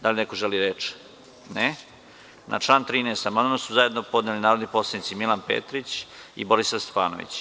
Da li neko želi reč? (Ne) Na član 13. amandman su zajedno podneli narodni poslanici Milan Petrić i Borislav Stefanović.